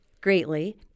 greatly